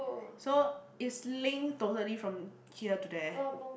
so it's linked totally from here to there